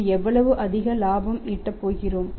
இது எவ்வளவு அதிக இலாபம் ஈட்டப்போகிறோம்